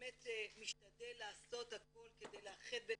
שבאמת משתדל לעשות הכול כדי לאחד בין